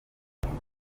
murugo